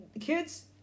Kids